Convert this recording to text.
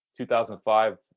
2005